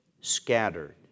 scattered